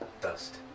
dust